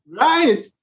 Right